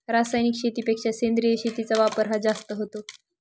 रासायनिक शेतीपेक्षा सेंद्रिय शेतीचा वापर हा जास्त होतो